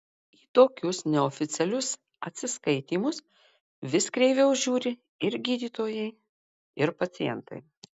į tokius neoficialius atsiskaitymus vis kreiviau žiūri ir gydytojai ir pacientai